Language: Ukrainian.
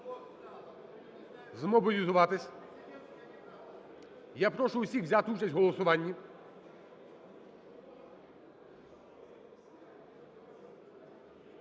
змобілізуватись. Я прошу всіх взяти участь в голосуванні.